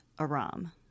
Aram